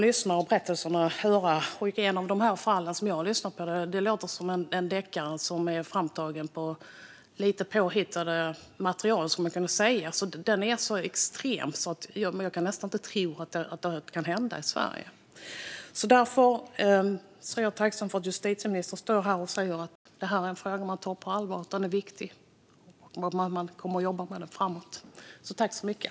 En del av fallen jag har lyssnat på kan låta som en deckare som är framtagen på lite påhittat material. Det är så extremt att jag nästan inte kan tro att det kan hända i Sverige. Jag är tacksam över att justitieministern säger att det är en fråga som man tar på allvar och att den är viktig och något som man kommer att jobba med framåt.